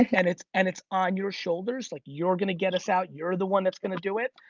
and it's and it's on your shoulders, like you're gonna get us out, you're the one that's gonna do it,